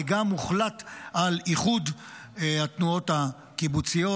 וגם הוחלט על איחוד התנועות הקיבוציות.